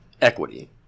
equity